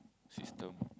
system